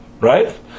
right